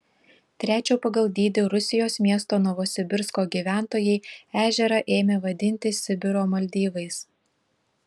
trečio pagal dydį rusijos miesto novosibirsko gyventojai ežerą ėmė vadinti sibiro maldyvais